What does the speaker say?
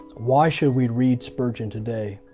why should we read spurgeon today,